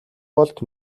болд